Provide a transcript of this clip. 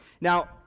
Now